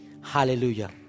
Hallelujah